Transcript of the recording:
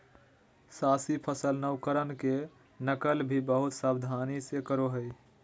साहसी सफल नवकरण के नकल भी बहुत सावधानी से करो हइ